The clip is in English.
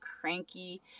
cranky